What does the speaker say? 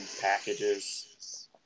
packages